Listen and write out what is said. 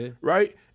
right